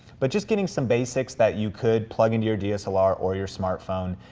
but just getting some basics that you could plug into your dslr or your smartphone,